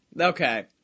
Okay